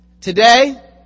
Today